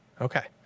Okay